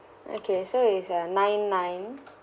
okay so is nine nine